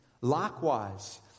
Likewise